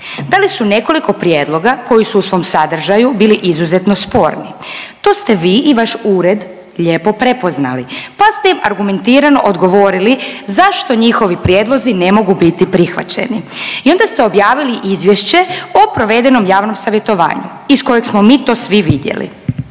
Dali su nekoliko prijedloga koji su u svom sadržaju bili izuzetno sporni. To ste vi i vaš ured lijepo prepoznali pa ste im argumentirano odgovorili zašto njihovi prijedlozi ne mogu biti prihvaćeni. I onda ste objavili izvješće o provedenom javnom savjetovanju iz kojeg smo mi to svi vidjeli.